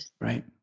Right